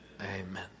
amen